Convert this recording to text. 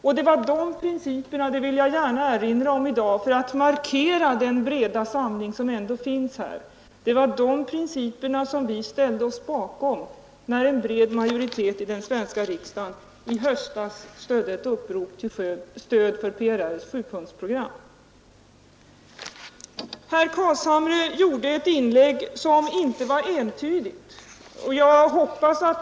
Och det var de principerna — det vill jag gärna erinra om i dag för att markera den breda samling som ändå finns här — som vi ställde oss bakom när en bred majoritet i den svenska riksdagen i höstas stödde ett upprop till stöd för PRR:s sjupunktsprogram. Herr Carlshamre gjorde ett inlägg som inte var entydigt.